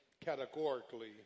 categorically